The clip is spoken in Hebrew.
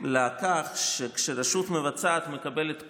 לכך שכשרשות מבצעת מקבלת כוח,